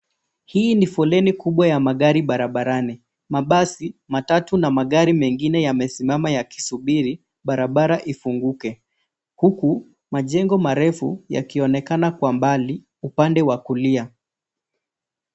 Hii ni foleni kubwa ya magari barabarani, mabasi matatu na magari mengine yamesimama yakisubiri barabara ifunguke huku majengo marefu yakionekana kwa mbali upande wa kulia.